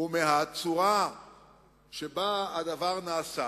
ומהצורה שבה הדבר נעשה